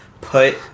put